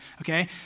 Okay